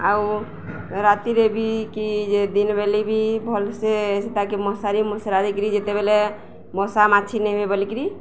ଆଉ ରାତିରେ ବି କି ଦିନ ବେଲେ ବି ଭଲ ସେ ସେତା କି ମଶାରି ମସୁରା ଦେଇକିରି ଯେତେବେଲେ ମଶା ମାଛି ନିହେବେ ବୋଲିକିରି